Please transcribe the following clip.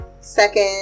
second